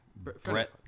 Brett